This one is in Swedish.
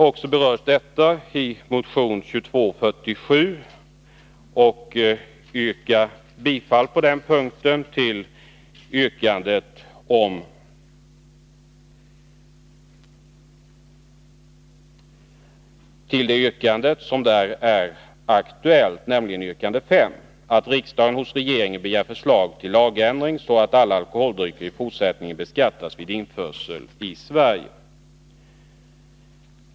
Jag har berört också detta i motion 2247, och jag yrkar bifall till motionens yrkande 5, att riksdagen hos regeringen begär förslag till lagändring så att alla alkoholdrycker i fortsättningen skall beskattas vid införsel i Sverige.